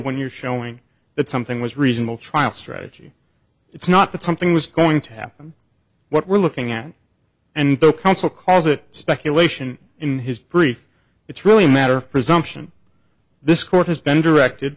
when you're showing that something was reasonable trial strategy it's not that something was going to happen what we're looking at and the counsel calls it speculation in his brief it's really a matter of presumption this court has been directed